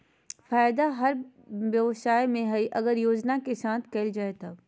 फायदा हर व्यवसाय में हइ अगर योजना के साथ कइल जाय तब